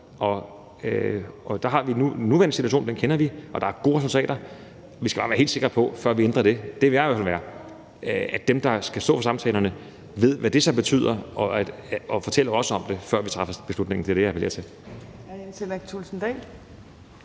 Og der har vi i den nuværende situation, som vi kender, gode resultater, og vi skal bare være helt sikre på, før vi ændrer det – det vil jeg i hvert fald være – at dem, der skal stå for samtalerne, ved, hvad det så betyder, og fortæller os om det, før vi træffer beslutningen. Det er det, jeg appellerer til.